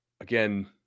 again